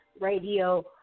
Radio